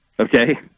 okay